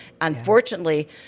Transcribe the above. Unfortunately